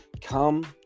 Come